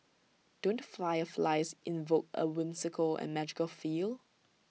don't flyer flies invoke A whimsical and magical feel